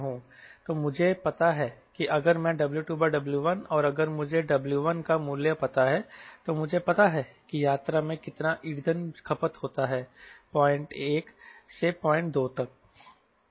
तो मुझे पता है कि अगर मैं W2W1 और अगर मुझे W1 का मूल्य पता है तो मुझे पता है की यात्रा में कितना ईंधन खपत होता है पॉइंट 1 से पॉइंट तक